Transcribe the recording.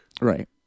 Right